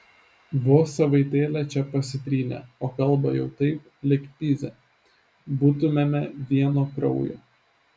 vos savaitėlę čia pasitrynė o kalba jau taip lyg pizė būtumėme vieno kraujo